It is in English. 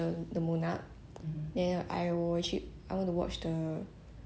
kim soo hyun [one] it's okay not to be okay actually 他们讲 vagabond not bad sia